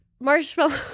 marshmallow